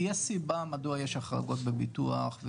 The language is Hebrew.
יש סיבה מדוע יש החרגות בביטוח.